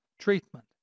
treatment